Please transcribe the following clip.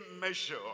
measure